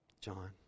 John